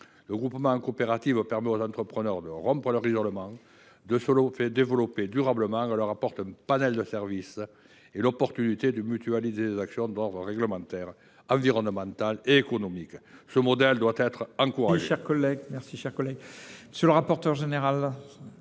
Le regroupement en coopérative permet aux entrepreneurs de rompre leur isolement et de se développer durablement et leur apporte un panel de services et l’opportunité de mutualiser des actions d’ordre réglementaire, environnemental et économique. Ce modèle doit être encouragé.